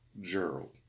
Gerald